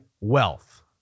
wealth